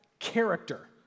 character